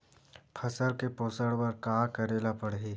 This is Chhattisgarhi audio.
फसल के पोषण बर का करेला पढ़ही?